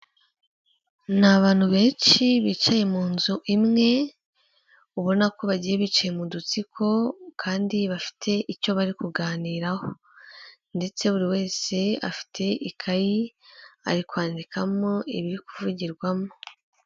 Ni abantu benshi bicaye mu nzu imwe, ubona ko bagiye biciye mu dutsiko kandi bafite icyo bari kuganiraho, ndetse buri wese afite ikayi ari kwandikamo ibiri kuvugirwamo.